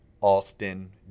Austin